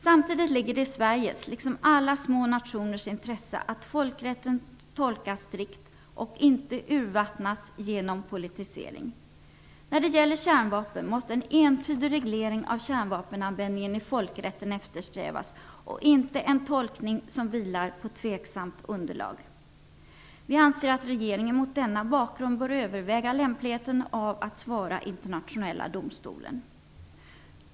Samtidigt ligger det i Sveriges, liksom i alla små nationers, intresse att folkrätten tolkas strikt och inte urvattnas genom politisering. När det gäller kärnvapen vill jag säga att en entydig reglering av kärnvapenanvändningen måste eftersträvas i folkrätten, inte en tolkning som vilar på tveksamt underlag. Vi anser att regeringen mot denna bakgrund bör överväga lämpligheten av att svara Internationella domstolen.